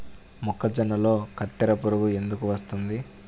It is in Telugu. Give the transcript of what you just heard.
మొక్కజొన్నలో కత్తెర పురుగు ఎందుకు వస్తుంది?